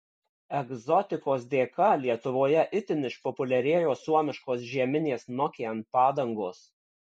egzotikos dėka lietuvoje itin išpopuliarėjo suomiškos žieminės nokian padangos